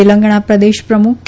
તેલંગણા પ્રદેશ પ્રમુખ કે